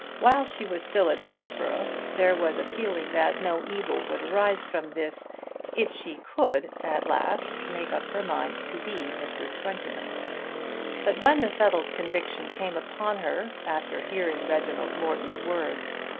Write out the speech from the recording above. while she was still at dillsborough there was a feeling that no evil would arise from this if she could at last make up her mind to be mrs. twentyman but when the settled conviction came upon her, after hearing reginald morton's words,